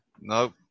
Nope